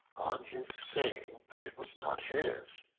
on his saying that it was not his,